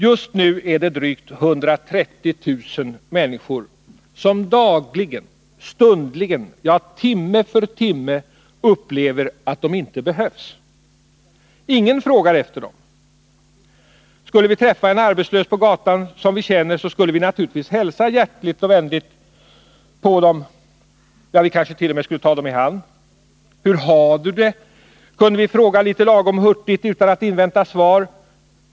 Just nu är det drygt 130 000 människor som dagligen och stundligen, ja, timme för timme, upplever att de inte behövs. Ingen frågar efter dem. Skulle vi träffa en arbetslös som vi känner på gatan, så skulle vi naturligtvis hälsa vänligt på honom, kanske t.o.m. ta honom i hand och litet lagom hurtigt fråga: ”Hur har du det?” utan att invänta svar.